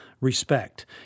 respect